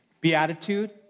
beatitude